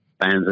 fans